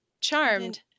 Charmed